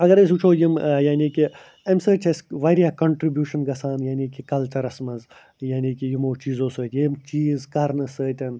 اگر أسۍ وُچھَو یِم یعنی کہِ اَمہِ سۭتۍ چھِ اَسہِ واریاہ کَنٹربوٗشَن گژھان یعنی کہِ کَلچَرَس منٛز یعنی کہِ یِمَو چیٖزَو سۭتۍ یِم چیٖز کَرنہٕ سۭتٮ۪ن